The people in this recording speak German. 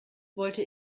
wollte